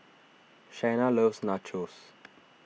Shaina loves Nachos